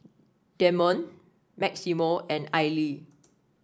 Demond Maximo and Aili